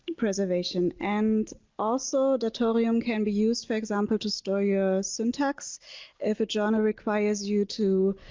preservation and also the atomium can be used for example to store your syntax if a journal requires you to